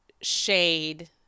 shade